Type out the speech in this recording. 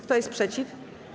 Kto jest przeciw?